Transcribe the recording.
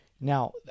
Now